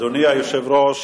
אדוני היושב-ראש,